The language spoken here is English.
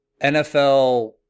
NFL